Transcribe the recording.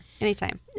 Anytime